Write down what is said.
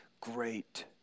great